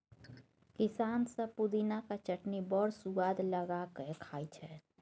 किसान सब पुदिनाक चटनी बड़ सुआद लगा कए खाइ छै